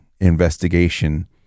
investigation